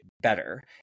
better